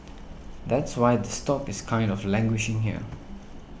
that's why the stock is kind of languishing here